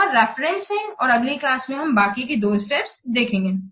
यह रेफरेंसेस है और अगली क्लास में हम बाकी की 2 स्टेप्स देखेंगे